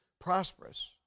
prosperous